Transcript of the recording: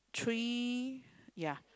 three yeah